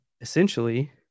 essentially